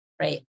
Right